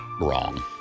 wrong